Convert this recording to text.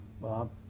Bob